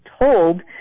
told